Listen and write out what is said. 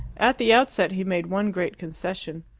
at the outset he made one great concession.